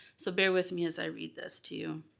so bear with me as i read this to you.